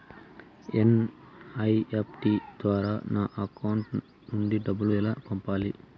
NEFT ద్వారా నా account నుండి డబ్బులు ఎలా పంపాలి